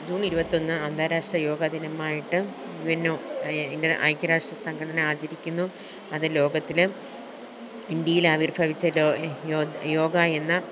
June ഇരുപത്തൊന്ന് അന്താരാഷ്ട്ര യോഗ ദിനമായിട്ട് വിന്നോ ഐക്യരാഷ്ട്ര സംഘടന ആചരിക്കുന്നു അത് ലോകത്തിൽ ഇന്ത്യയില് ആവിര്ഭവിച്ച യോഗ എന്ന